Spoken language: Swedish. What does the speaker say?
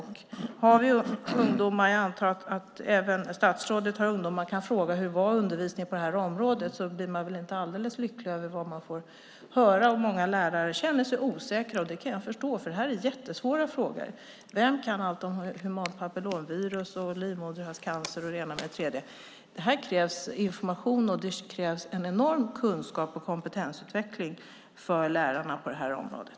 Har man ungdomar som man kan fråga hur undervisningen var på det här området - jag antar att även statsrådet har det - blir man väl inte alldeles lycklig över vad man får höra. Många lärare känner sig också osäkra, och det kan jag förstå, för det här är jättesvåra frågor. Vem kan allt om humant papillomvirus, livmoderhalscancer och det ena med det tredje? Här krävs information, och det krävs en enorm kunskaps och kompetensutveckling för lärarna på det här området.